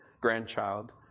grandchild